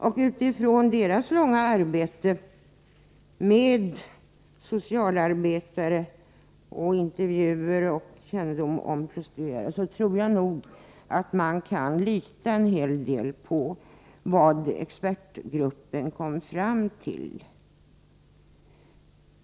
Med hänsyn till deras omfattande arbete tillsammans med socialarbetare, deras intervjuer och kännedom om prostituerade, tror jag att man kan lita på vad expertgruppen kom fram till.